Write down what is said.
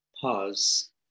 pause